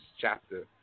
Chapter